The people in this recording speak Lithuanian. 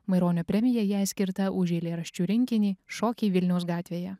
maironio premija jai skirtą už eilėraščių rinkinį šokiai vilniaus gatvėje